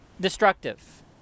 destructive